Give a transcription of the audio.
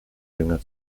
dünger